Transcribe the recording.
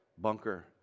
bunker